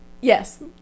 Yes